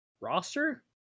roster